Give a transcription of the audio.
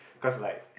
cause like